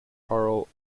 karl